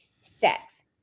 sex